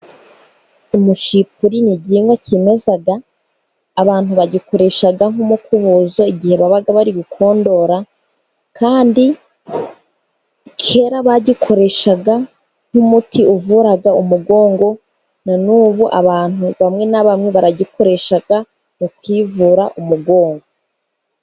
Umushipuri ni igihingwa cyimeza. Abantu bagikoresha nk'umukubuzo, igihe baba bari gukondora. Kandi kera bagikoreshaga nk'umuti uvura umugongo. Na n'ubu abantu bamwe na bamwe baragikoresha bakivura umugongo.